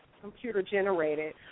computer-generated